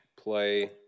play